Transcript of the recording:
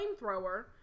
flamethrower